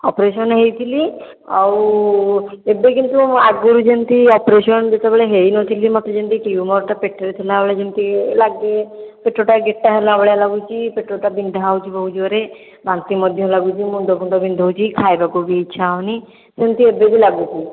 operation ହୋଇଥିଲି ଆଉ ଏବେ କିନ୍ତୁ ଆଗରୁ ଯେମିତି ଅପରେସନ୍ ଯେତେବେଳେ ହୋଇନଥିଲି ମୋତେ ଯେମିତି ଟିଉମର୍ ଟା ପେଟରେ ଥିଲା ଭଳି ଯେମିତି ଲାଗେ ପେଟଟା ଗେଟା ହେଲା ଭଳି ଲାଗେ ଲାଗୁଛି ପେଟଟା ବିନ୍ଧା ହେଉଛି ବହୁତ ଜୋରରେ ବାନ୍ତି ମଧ୍ୟ ଲାଗୁଛି ମୁଣ୍ଡଫୁଣ୍ଡ ବିନ୍ଧୁଛି ଖାଇବାକୁ ବି ଇଛା ହେଉନି ସେମିତି ଏବେ ବି ଲାଗୁଛି